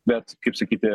bet kaip sakyti